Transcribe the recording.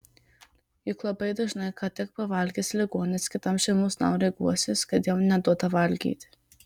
juk labai dažnai ką tik pavalgęs ligonis kitam šeimos nariui guosis kad jam neduoda valgyti